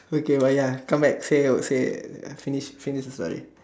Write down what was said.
it's okay but ya come back say say finish finish the story